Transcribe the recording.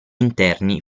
interni